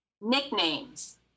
nicknames